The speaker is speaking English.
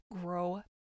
grow